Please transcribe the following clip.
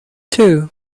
two